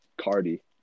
Cardi